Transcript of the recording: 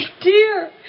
dear